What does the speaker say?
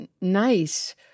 nice